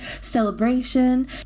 celebration